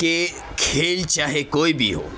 کہ کھیل چاہے کوئی بھی ہو